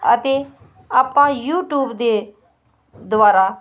ਅਤੇ ਆਪਾਂ ਯੂਟਿਊਬ ਦੇ ਦੁਆਰਾ